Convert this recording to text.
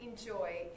enjoy